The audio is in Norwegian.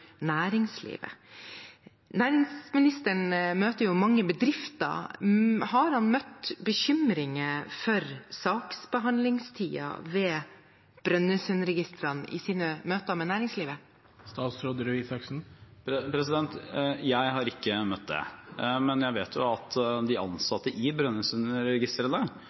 næringslivet. Næringsministeren møter jo mange bedrifter. Har han møtt bekymringer for saksbehandlingstiden ved Brønnøysundregistrene i sine møter med næringslivet? Jeg har ikke møtt det. Men jeg vet jo at de ansatte i